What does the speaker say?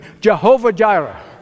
Jehovah-Jireh